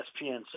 ESPN